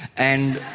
and